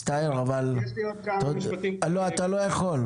יש לי כמה משפטים --- אתה לא יכול.